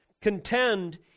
Contend